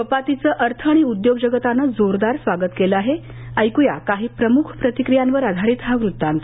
कपातीचं अर्थ आणि उद्योग जगतानं जोरदार स्वागत केलं आहे ऐकूया काही प्रमुख प्रतिक्रियांवर आधारित हा वृत्तांत